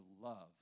love